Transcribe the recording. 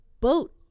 Boat